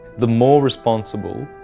the more responsible